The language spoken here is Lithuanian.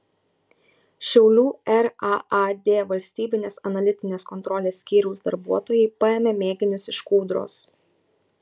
šiaulių raad valstybinės analitinės kontrolės skyriaus darbuotojai paėmė mėginius iš kūdros